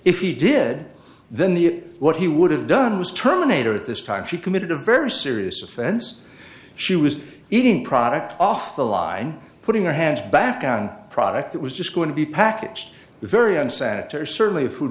if he did then the what he would have done was terminated at this time she committed a very serious offense she was eating product off the line putting her hands back on a product that was just going to be packaged very unsanitary certainly food